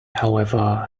however